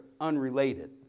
unrelated